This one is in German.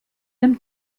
dem